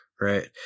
Right